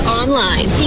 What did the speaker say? online